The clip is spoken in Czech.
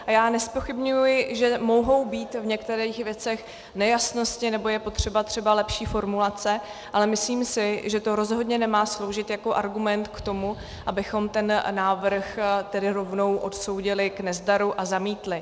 A já nezpochybňuji, že mohou být v některých věcech nejasnosti nebo je potřeba třeba lepší formulace, ale myslím si, že to rozhodně nemá sloužit jako argument k tomu, abychom ten návrh tedy rovnou odsoudili k nezdaru a zamítli.